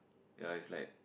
ya it's like